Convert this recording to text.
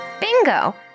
Bingo